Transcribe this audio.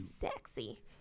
sexy